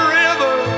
river